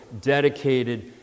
dedicated